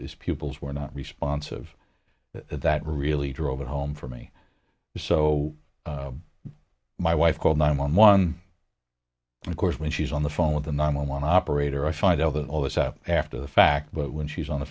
pupils were not responsive that really drove it home for me so my wife called nine one one and of course when she's on the phone with the nine one one operator i find out that all this out after the fact but when she's on the